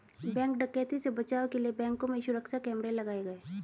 bank डकैती से बचाव के लिए बैंकों में सुरक्षा कैमरे लगाये गये